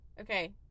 okay